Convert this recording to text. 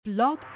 Blog